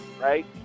right